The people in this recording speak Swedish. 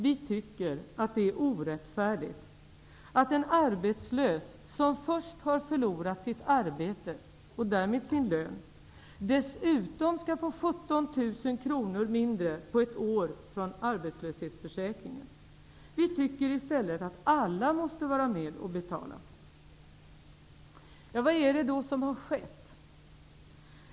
Vi tycker att det är orättfärdigt att en arbetslös som först har förlorat sitt arbete och därmed sin lön dessutom skall få ut 17 000 kr mindre på ett år från arbetslöshetsförsäkringen. Vi tycker i stället att alla måste vara med och betala. Vad är det då som har skett?